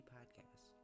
Podcast